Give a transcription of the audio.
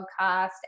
podcast